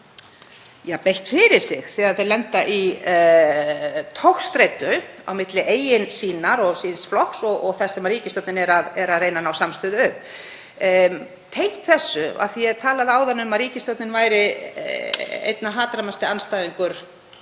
hafa beitt fyrir sig þegar þeir lenda í togstreitu á milli eigin sýnar og síns flokks og þess sem ríkisstjórnin er að reyna að ná samstöðu um. Tengt þessu, af því að ég talaði áðan um að ríkisstjórnin væri einn hatrammasti andstæðingur